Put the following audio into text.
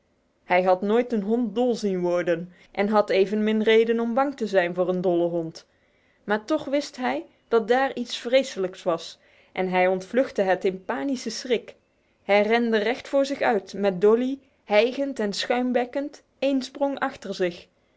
hij had nooit een hond dol zien worden en had evenmin reden om bang te zijn voor een dolle hond maar toch wist hij dat daar iets vreselijks was en hij ontvluchtte het in panische schrik hij rende recht voor zich uit met dolly hijgend en schuimbekkend één sprong achter zich